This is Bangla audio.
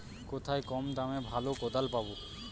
কোথায় কম দামে ভালো কোদাল পাব?